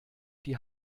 die